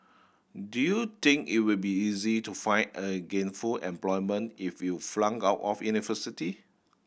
do you think it will be easy to find a gainful employment if you flunked out of university